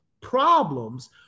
problems